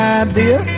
idea